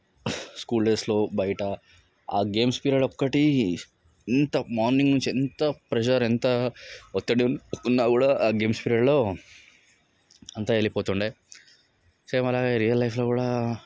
school డేస్లో బయట ఆ గేమ్స్ పీరియడ్ ఒకటి ఎంత మార్నింగ్ నుంచి ఎంత ప్రెషర్ ఎంత ఒత్తిడి ఉన్న కూడా ఆ గేమ్స్ పీరియడ్లో అంతా వెళ్ళిపోతుండే సేమ్ అలాగే రియల్ లైఫ్లో కూడా